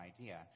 idea